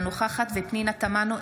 אינה נוכחת פנינה תמנו,